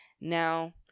Now